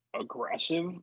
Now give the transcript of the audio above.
aggressive